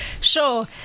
Sure